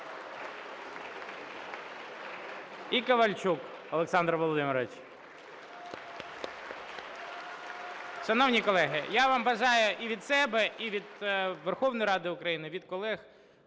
і Ковальчук Олександр Володимирович. (Оплески) Шановні колеги, я вам бажаю і від себе, і від Верховної Ради України, від колег